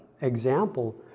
example